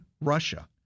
Russia